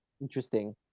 Interesting